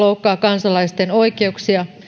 kansalaisten oikeuksia